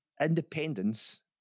independence